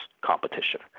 competition